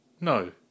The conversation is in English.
No